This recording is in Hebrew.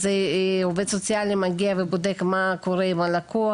אז עובד סוציאלי מגיע ובודק מה קורה עם הלקוח,